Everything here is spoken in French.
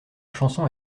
chanson